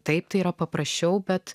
taip tai yra paprasčiau bet